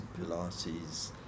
Pilates